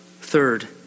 Third